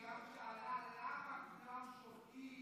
אהובה עוזרי גם שאלה למה כולם שותקים,